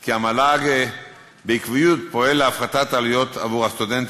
כי המל"ג פועלת בקביעות להפחתת עלויות עבור הסטודנטים,